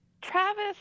Travis